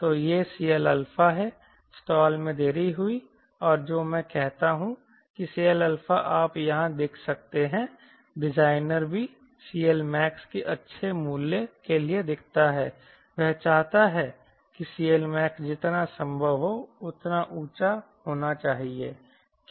तो यह CLα है स्टाल में देरी हुई और जो मैं कहता हूं कि CLα आप यहां देख सकते हैं डिजाइनर भी CLMax के अच्छे मूल्य के लिए दिखता है वह चाहता है कि CLMaxजितना संभव हो उतना ऊंचा होना चाहिए क्यों